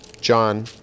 John